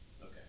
Okay